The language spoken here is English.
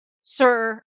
Sir